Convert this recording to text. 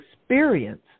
experience